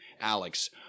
Alex